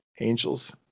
Angels